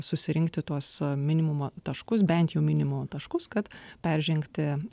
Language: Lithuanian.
susirinkti tuos minimumo taškus bent jau minimo taškus kad peržengti